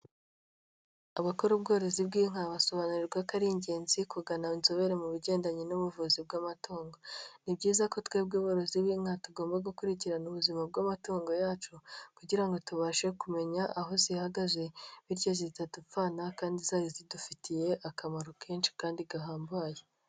Abakora ubworozi bw'inka basobanurirwa ko ari ingenzi kugana inzobere mu bigendanye n'ubuvuzi bw'amatongo, ni byiza ko twebwe aborozi b'inka tugomba gukurikirana ubuzima bw'amatungo yacu, kugira ngo tubashe kumenya aho zihagaze bityo zitadupfana kandi zari zidufitiye akamaro kenshi kandi gahambaye.